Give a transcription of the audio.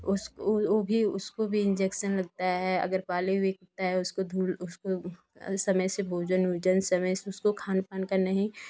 उ भी उसको भी इंजेक्शन लगता है अगर पाले हुए कुत्ता है उसको धू उसको समय से उसको खान पान का नहीं